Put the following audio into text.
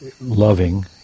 loving